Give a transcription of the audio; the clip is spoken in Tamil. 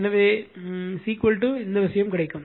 எனவே இந்த விஷயம் கிடைக்கும்